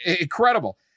Incredible